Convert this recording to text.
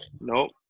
Nope